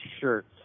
shirts